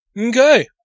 Okay